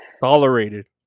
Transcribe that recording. tolerated